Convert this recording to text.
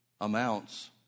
amounts